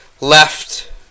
left